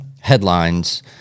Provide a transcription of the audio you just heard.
headlines